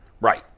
Right